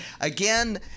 Again